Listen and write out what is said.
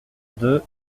deux